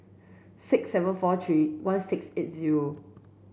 six seven four three one six eight zero